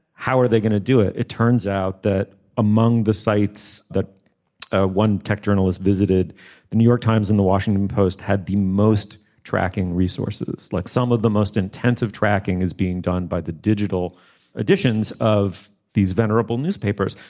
how are they going to do it. it turns out that among the sites that ah one tech journalist visited the new york times and the washington post had the most tracking resources like some of the most intensive tracking is being done by the digital editions of of these venerable newspapers.